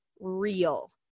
real